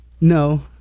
no